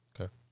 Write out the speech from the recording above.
Okay